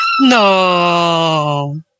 No